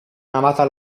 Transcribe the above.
navata